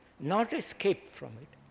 not escape from it,